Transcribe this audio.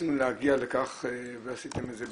שרצינו זה להגיע לכך ועשיתם את זה,